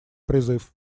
призыв